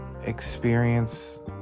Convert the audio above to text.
experience